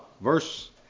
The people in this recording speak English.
Verse